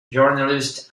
journalists